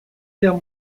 guerre